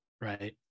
right